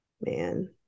man